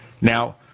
Now